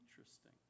interesting